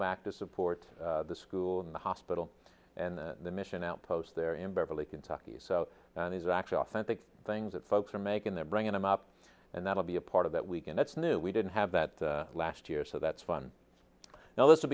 back to support the school and the hospital and the mission outpost there in beverly kentucky so he's actually authentic things that folks are making they're bringing them up and that'll be a part of that week and it's new we didn't have that last year so that's fun now this will